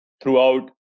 throughout